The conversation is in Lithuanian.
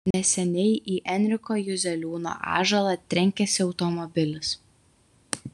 neseniai į enriko juzeliūno ąžuolą trenkėsi automobilis